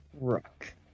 Rook